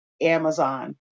amazon